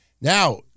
Now